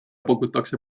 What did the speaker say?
pakutakse